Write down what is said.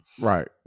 Right